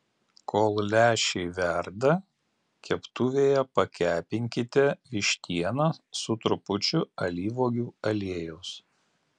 kol lęšiai verda keptuvėje pakepinkite vištieną su trupučiu alyvuogių aliejaus